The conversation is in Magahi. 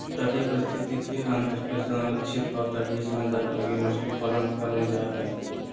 तटीय पारिस्थितिक तंत्र के संरक्षित और तटीय समुदाय लगी मछली पालन करल जा हइ